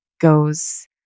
goes